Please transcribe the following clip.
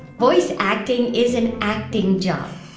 voice acting is an acting job.